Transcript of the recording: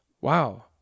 wow